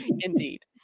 Indeed